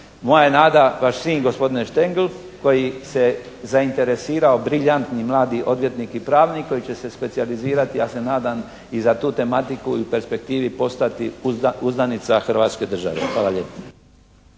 Moja je nada vaš sin gospodine Štengl koji se zainteresirao, briljantni mladi odvjetnik i pravnik koji će se specijalizirati, ja se nadam i za tu tematiku i u perspektivi postati uzdanica hrvatske države. Hvala lijepo.